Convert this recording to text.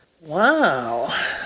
Wow